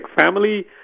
family